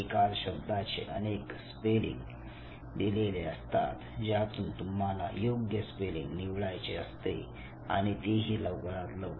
एकाच शब्दाचे अनेक स्पेलिंग दिलेले असतात ज्यातून तुम्हाला योग्य स्पेलिंग निवडायचे असते आणि तेही लवकरात लवकर